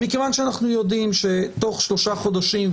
מכיוון שאנחנו יודעים שתוך שלושה חודשים,